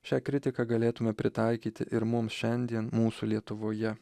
šią kritiką galėtume pritaikyti ir mums šiandien mūsų lietuvoje